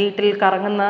വീട്ടിൽ കറങ്ങുന്ന